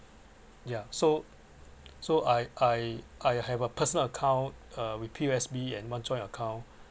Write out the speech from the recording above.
ya so so I I I have a personal account uh with P_O_S_B and one joint account